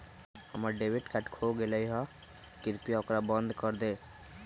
हम्मर debit card खो गयले है, कृपया ओकरा बंद कर दे